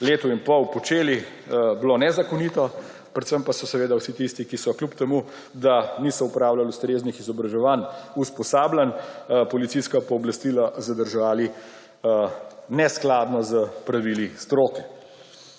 letu in pol počeli, bilo nezakonito. Predvsem pa so seveda vsi tisti, ki so kljub temu, da niso opravljali ustreznih izobraževanj, usposabljanj, policijska pooblastila zadrževali neskladno s pravili stroke.